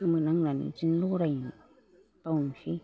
सोमोनांनानै बिदिनो लरायो बावनोसै